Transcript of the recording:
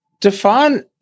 Define